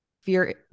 fear